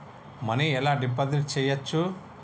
Money ఎలా deposit చేయచ్చు?